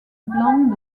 blancs